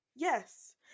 Yes